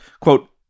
quote